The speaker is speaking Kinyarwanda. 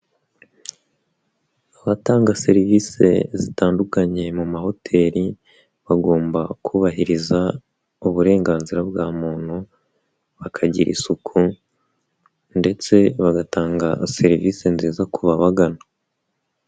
Abatanga serivise zitandukanye mu mahoteli bagomba kubahiriza uburenganzira bwa muntu, bakagira isuku ndetse bagatanga serivise nziza ku babagana.